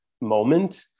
moment